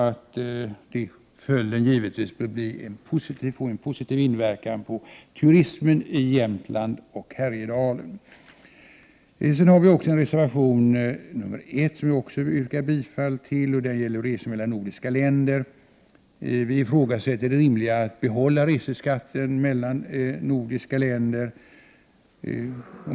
Följden bör givetvis bli en positiv inverkan på turismen i Jämtland och Härjedalen. Reservation 1 gäller resor mellan de nordiska länderna, och jag yrkar också bifall till denna. Vi ifrågasätter det rimliga i att behålla reseskatten mellan nordiska länder.